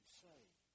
saved